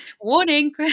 warning